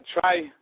try